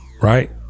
right